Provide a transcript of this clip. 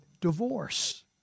divorce